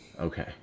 Okay